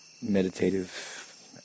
meditative